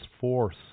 force